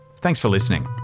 thanks for listening